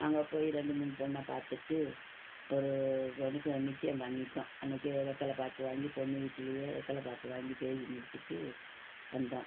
அங்கே போய் ரெண்டு மூணு பொண்ணை பார்த்துட்டு ஒரு பொண்ணுக்கு நிச்சயம் பண்ணிவிட்டோம் அன்றைக்கே வெற்றல பாக்கு வாங்கி பொண்ணு வீட்டுலேயே வெற்றல பாக்கு வாங்கி பேசி முடிச்சுட்டு வந்தோம்